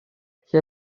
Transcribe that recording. lle